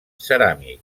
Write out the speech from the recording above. ceràmic